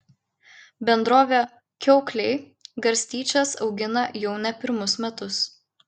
bendrovė kiaukliai garstyčias augina jau ne pirmus metus